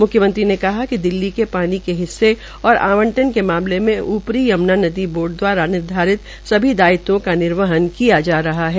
म्ख्यमंत्री ने कहा कि दिल्ली के पानी के हिस्से और आंवटन के मामले में ऊपरी यम्ना नदी बोर्ड द्वारा निर्धारित सभी दायित्वों का निर्वहन किया जा रहा है